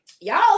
Y'all